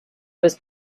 was